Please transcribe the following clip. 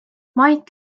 mait